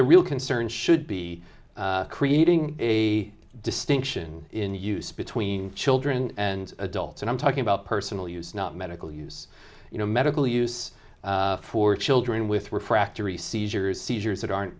the real concern should be creating a distinction in use between children and adults and i'm talking about personal use not medical use you know medical use for children with refractory seizures seizures that aren't